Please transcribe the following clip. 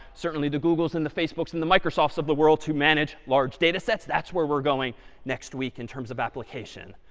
certainly the googles, and the facebooks, and the microsofts of the world to manage large data sets. that's where we're going next week, in terms of application.